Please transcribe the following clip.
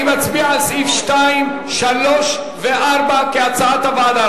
אני מצביע על סעיפים 2, 3 ו-4 כהצעת הוועדה.